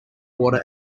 water